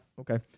okay